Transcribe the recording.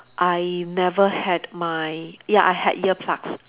I never had my ya I had earplugs